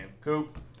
Coop